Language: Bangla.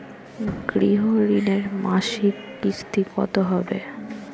গৃহ ঋণের মাসিক কিস্তি কত হবে?